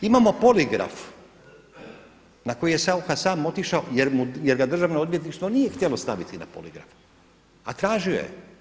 Imamo poligraf na koji je Saucha sam otišao jer ga Državno odvjetništvo nije htjelo staviti na poligraf, a tražio je.